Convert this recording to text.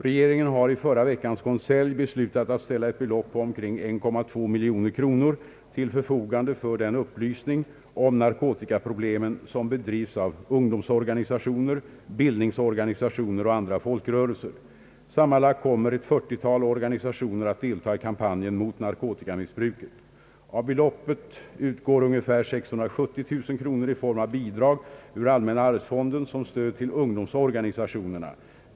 legeringen har i förra veckans konselj beslutat att ställa ett belopp på omkring 1,2 miljon kronor till förfogande för den upplysning om narkotikaproblemen som bedrivs av ungdomsorganisationer, bildningsorganisationer och andra folkrörelser. Sammanlagt kommer ett 40-tal organisationer att delta i kampanjen mot narkotikamissbruket. Av beloppet utgår ungefär 670 000 kronor i form av bidrag ur allmänna arvsfonden som stöd till ungdomsorganisationerna.